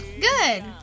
Good